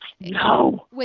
No